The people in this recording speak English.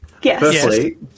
Firstly